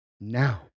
now